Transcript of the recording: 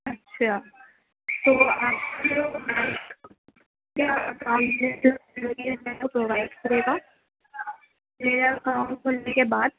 اچھا تو پرووائڈ کرے گا میرا اکاؤنٹ کھلنے کے بعد